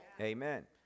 Amen